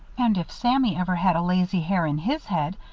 and if sammy ever had a lazy hair in his head,